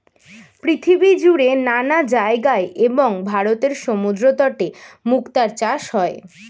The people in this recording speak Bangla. পৃথিবীজুড়ে নানা জায়গায় এবং ভারতের সমুদ্রতটে মুক্তার চাষ হয়